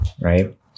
Right